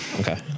Okay